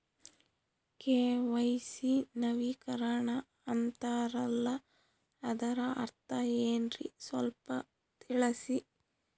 KYC ನವೀಕರಣ ಅಂತಾರಲ್ಲ ಅದರ ಅರ್ಥ ಏನ್ರಿ ಸ್ವಲ್ಪ ತಿಳಸಿ?